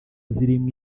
zirimo